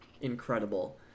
incredible